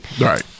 Right